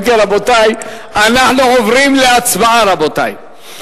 אם כן, רבותי, אנחנו עוברים להצבעה, רבותי.